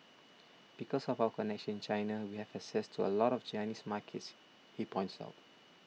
because of our connections in China we have access to a lot of Chinese markets he points out